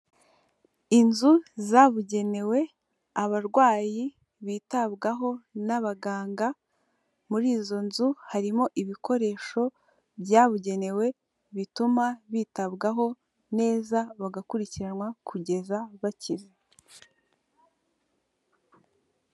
Inzu zabugenewe abarwayi bitabwaho n'abaganga. Muri izo nzu harimo ibikoresho byabugenewe bituma bitabwaho neza bagakurikiranwa kugeza bakize.